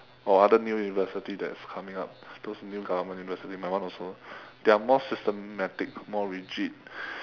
or other new universities that's coming up those new government universities my one also they are more systematic more rigid